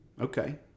okay